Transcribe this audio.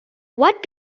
what